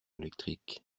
électriques